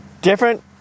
different